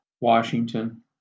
Washington